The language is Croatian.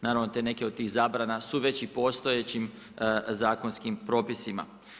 Naravno te neke od tih zabrana su već i u postojećim zakonskim propisima.